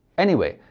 anyway,